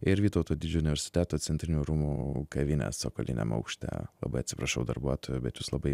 ir vytauto didžiojo universiteto centrinių rūmų kavinės cokoliniam aukšte labai atsiprašau darbuotojų bet jūs labai